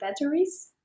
batteries